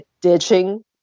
ditching